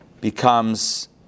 becomes